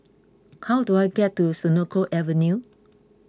how do I get to Senoko Avenue